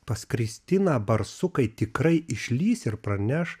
pas kristiną barsukai tikrai išlįs ir praneš